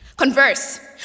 Converse